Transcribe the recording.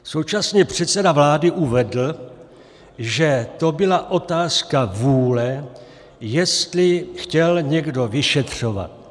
Současně předseda vlády uvedl, že to byla otázka vůle, jestli chtěl někdo vyšetřovat.